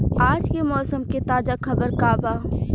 आज के मौसम के ताजा खबर का बा?